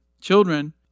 Children